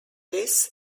this